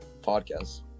podcast